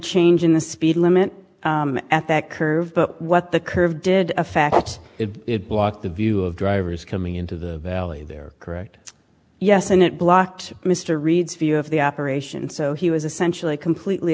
change in the speed limit at that curve but what the curve did affects it block the view of drivers coming into the valley there correct yes and it blocked mr reed's view of the operation so he was essentially completely